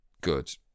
good